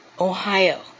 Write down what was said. Ohio